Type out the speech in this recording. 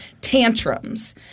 tantrums